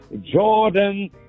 Jordan